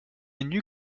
nus